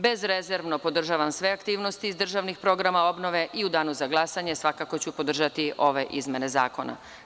Bezrezervno podržavam sve aktivnosti iz državnih programa obnove i u danu za glasanje svakako ću podržati ove izmene zakona.